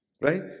Right